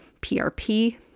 PRP